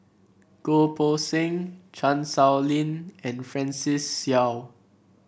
Goh Poh Seng Chan Sow Lin and Francis Seow